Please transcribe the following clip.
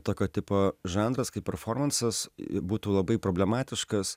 tokio tipo žanras kaip performansas būtų labai problematiškas